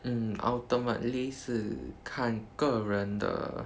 mm ultimately 是看个人的